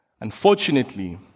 Unfortunately